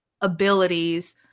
abilities